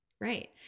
Right